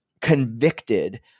convicted